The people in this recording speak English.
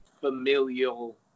familial